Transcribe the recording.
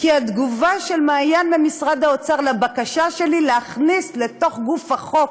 כי התגובה של מעיין במשרד האוצר על הבקשה שלי להכניס לתוך גוף החוק